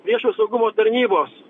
viešo saugumo tarnybos